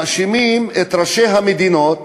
מאשימים את ראשי המדינות,